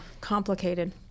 complicated